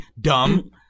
Dumb